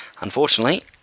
unfortunately